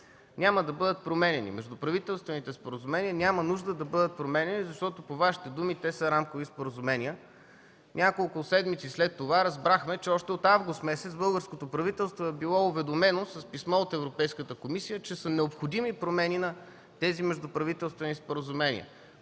няма да бъдат променяни. Междуправителствените споразумения няма нужда да бъдат променяни, защото по Вашите думи, те са рамкови споразумения. Няколко седмици след това разбрахме, че още от месец август българското правителство е било уведомено с писмо от Европейската комисия, че са необходими промени на тези междуправителствени споразумения.